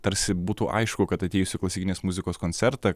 tarsi būtų aišku kad atėjus į klasikinės muzikos koncertą